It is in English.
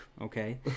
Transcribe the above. Okay